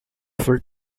full